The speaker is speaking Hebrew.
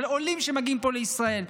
של עולים שמגיעים פה לישראל.